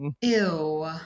ew